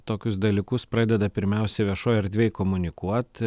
tokius dalykus pradeda pirmiausia viešoj erdvėj komunikuoti